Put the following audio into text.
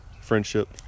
friendship